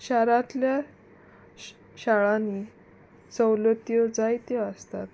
शारांतल्या श शाळांनी सवलत्यो जायत्यो आसतात